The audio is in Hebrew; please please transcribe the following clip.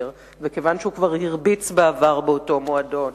וכיוון שהוא כבר הרביץ בעבר באותו מועדון,